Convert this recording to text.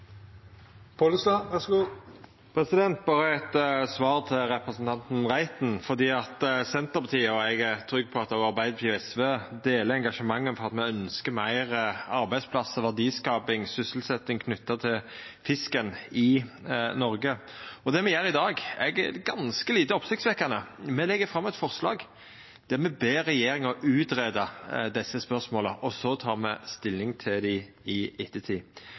på at òg Arbeidarpartiet og SV deler engasjementet for at me ønskjer fleire arbeidsplassar, verdiskaping og sysselsetjing knytt til fisken i Noreg. Og det me gjer i dag, er ganske lite oppsiktsvekkjande. Me legg fram eit forslag der me ber regjeringa greia ut desse spørsmåla, og så tek me stilling til dei i ettertid.